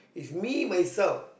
is me myself